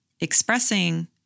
Expressing